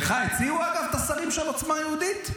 לך הציעו את השרים של עוצמה יהודית?